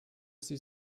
sie